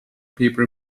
paper